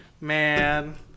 Man